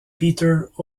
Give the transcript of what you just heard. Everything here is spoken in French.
peter